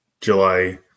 July